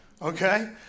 Okay